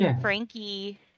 Frankie